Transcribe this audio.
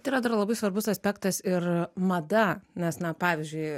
tai yra dar labai svarbus aspektas ir mada nes na pavyzdžiui